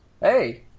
Hey